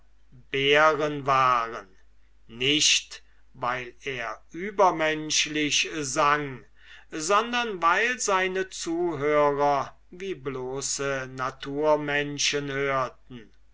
bären waren nicht weil er übermenschlich sang sondern weil seine zuhörer wie bloße naturmenschen hörten